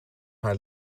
haar